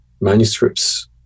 manuscripts